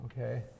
Okay